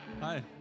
hi